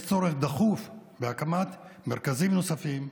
יש צורך דחוף בהקמת מרכזים נוספים,